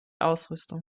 ausrüstung